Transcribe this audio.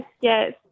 yes